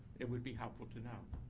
it would be helpful to know.